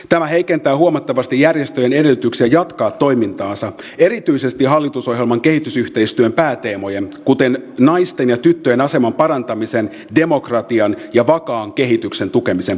tämä heikentää huomattavasti järjestöjen edellytyksiä jatkaa toimintaansa erityisesti hallitusohjelman kehitysyhteistyön pääteemojen kuten naisten ja tyttöjen aseman parantamisen demokratian ja vakaan kehityksen tukemisen parissa